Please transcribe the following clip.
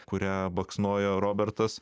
kurią baksnojo robertas